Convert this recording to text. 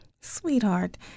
Sweetheart